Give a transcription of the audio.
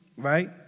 right